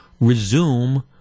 resume